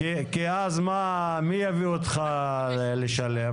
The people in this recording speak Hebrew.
כי אז מי יביא אותך לשלם?